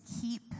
keep